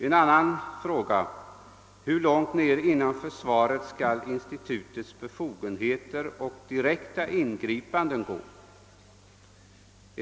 En annan fråga gäller: Hur långt ner inom försvaret skall institutets befogenheter och direkta ingripanden gå?